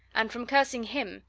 and from cursing him,